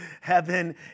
heaven